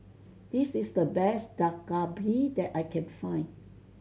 this is the best Dak Galbi that I can find